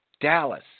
Dallas